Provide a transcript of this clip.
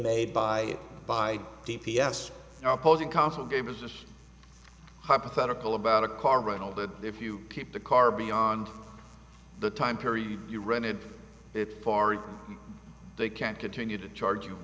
made by by d p s now opposing counsel gamers this hypothetical about a car rental that if you keep the car beyond the time period you rented it far they can't continue to charge you